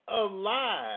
alive